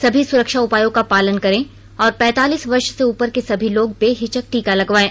सभी सुरक्षा उपायों का पालन करें और पैंतालीस वर्ष से उपर के सभी लोग बेहिचक टीका लगवायें